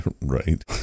right